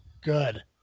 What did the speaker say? good